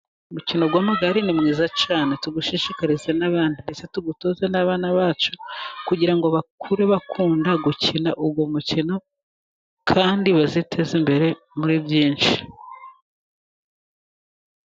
Umukino w'amagare ni mwiza cyane. Tuwushishikarize n'abandi, ndetse tuwutoze n'abana bacu, kugira ngo bakure bakunda gukina uwo mukino, kandi baziteze imbere muri byinshi.